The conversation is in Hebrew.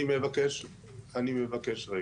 אני מבקש רגע.